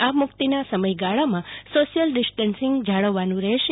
આ મુક્તિના સમયગાળામાં સોશિઅલ ડીસટન્સિંગ જાળવવાનું રહેશે